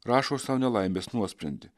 rašo sau nelaimės nuosprendį